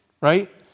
right